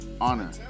honor